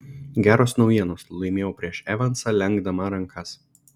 geros naujienos laimėjau prieš evansą lenkdama rankas